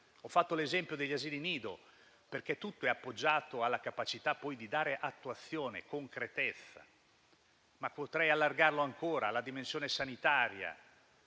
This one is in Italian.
Ho fatto l'esempio degli asili nido perché poi tutto è appoggiato sulla capacità di dare attuazione e concretezza, ma potrei allargarlo ancora alla dimensione sanitaria.